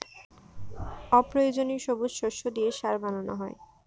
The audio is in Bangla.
অপ্রয়োজনীয় সবুজ শস্য দিয়ে সার বানানো হয়